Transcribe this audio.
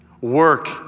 work